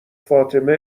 فاطمه